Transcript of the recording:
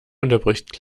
unterbricht